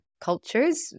cultures